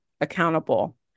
accountable